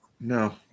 No